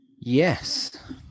yes